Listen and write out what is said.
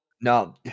no